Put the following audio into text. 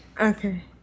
Okay